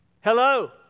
Hello